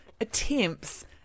attempts